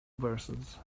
verses